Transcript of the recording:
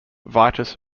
vitus